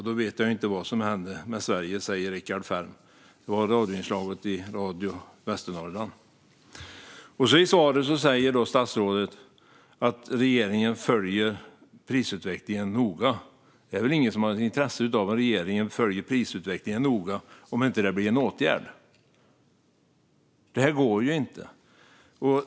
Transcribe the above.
Då vet jag inte vad som händer med Sverige, säger Richard Ferm. Inslaget kommer från Radio Västernorrland. I sitt svar skriver statsrådet att regeringen följer prisutvecklingen noga. Det är väl ingen som har ett intresse av att regeringen följer prisutvecklingen noga om det inte blir någon åtgärd! Det här går inte.